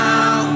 Now